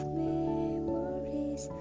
memories